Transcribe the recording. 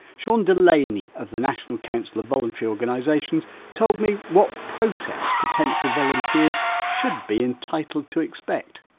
shaun delaney of the national council of voluntary organisations told me what process potential volunteers should be entitled to expect.